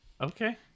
Okay